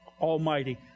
Almighty